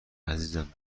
عزیزم